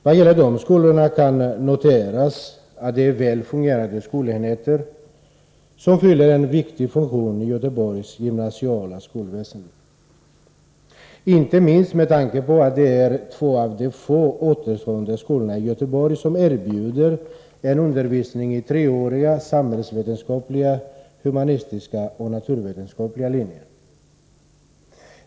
Vad gäller de skolorna kan noteras att de är väl fungerande skolenheter som fyller en viktig funktion inom Göteborgs gymnasiala skolväsende — inte minst med tanke på att de är två av de få återstående skolorna i Göteborg som erbjuder en undervisning på treåriga samhällsvetenskapliga, humanistiska och naturvetenskapliga linjer.